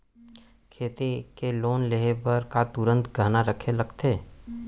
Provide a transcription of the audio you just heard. खेती के लोन लेहे बर का तुरंत गहना रखे लगथे?